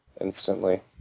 instantly